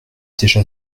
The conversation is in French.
déjà